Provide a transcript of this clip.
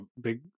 big